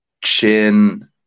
Chin